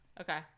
Okay